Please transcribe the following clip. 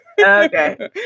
Okay